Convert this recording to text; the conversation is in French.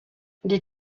des